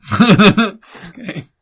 Okay